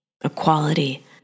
Equality